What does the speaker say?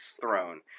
throne